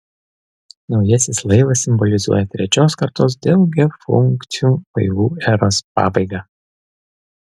naujasis laivas simbolizuoja trečios kartos daugiafunkcių laivų eros pabaigą